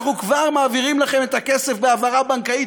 אנחנו כבר מעבירים לכם את הכסף בהעברה בנקאית,